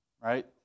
right